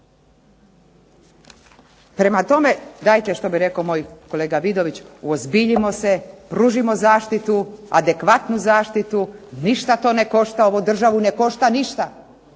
Prema tome, dajte što bi rekao moj kolega Vidović, uozbiljimo se, pružimo zaštitu, adekvatnu zaštitu, ništa ne košta ovu državu, ne košta ništa.